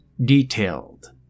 detailed